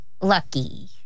lucky